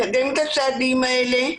לקדם את הצעדים האלה,